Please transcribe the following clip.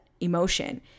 emotion